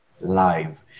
Live